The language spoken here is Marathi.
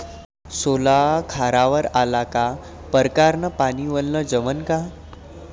सोला खारावर आला का परकारं न पानी वलनं जमन का?